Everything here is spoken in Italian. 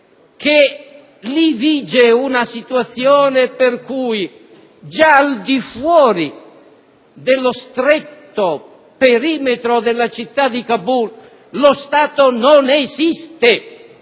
che lì vige una situazione per cui, già al di fuori dello stretto perimetro della città di Kabul lo Stato non esiste,